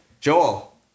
Joel